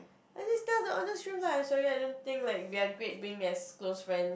I just tell the honest truth lah sorry I don't think like we are great being as close friends